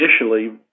initially